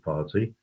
Party